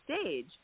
stage